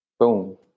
Boom